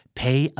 pay